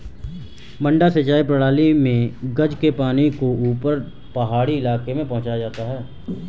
मडडा सिंचाई प्रणाली मे गज के पानी को ऊपर पहाड़ी इलाके में पहुंचाया जाता है